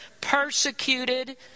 persecuted